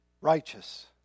righteous